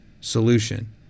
solution